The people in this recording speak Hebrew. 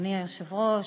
אדוני היושב-ראש,